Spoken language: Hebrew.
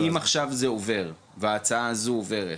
אבל אם עכשיו זה עובר, וההצעה הזו עוברת,